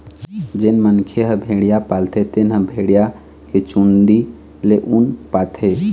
जेन मनखे ह भेड़िया पालथे तेन ह भेड़िया के चूंदी ले ऊन पाथे